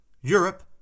Europe